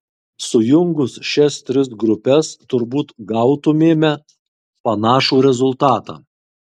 sujungus šias tris grupes turbūt gautumėme panašų rezultatą